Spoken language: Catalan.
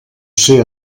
ser